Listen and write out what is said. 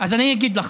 אז אני אגיד לך.